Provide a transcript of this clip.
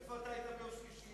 איפה אתה היית ביום שלישי,